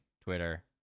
Twitter